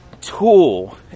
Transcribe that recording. tool